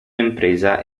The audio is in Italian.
impresa